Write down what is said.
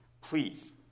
please